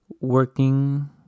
working